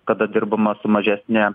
kada dirbama su mažesne